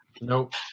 nope